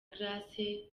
grace